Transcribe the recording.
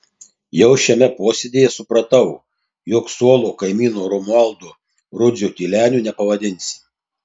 jau šiame posėdyje supratau jog suolo kaimyno romualdo rudzio tyleniu nepavadinsi